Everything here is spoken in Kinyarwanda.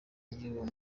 y’igihugu